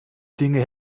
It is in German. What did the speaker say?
dinge